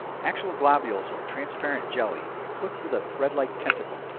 actual globules of transparent jelly equipped with a threadlike tentacle,